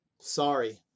Sorry